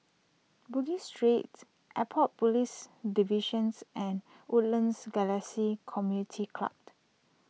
Bugis Street Airport Police Divisions and Woodlands Galaxy Community Clubt